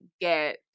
get